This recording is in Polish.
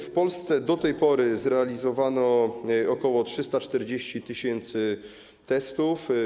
W Polsce do tej pory zrealizowano ok. 340 tys. testów.